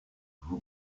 vous